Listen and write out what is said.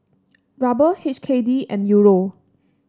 Ruble H K D and Euro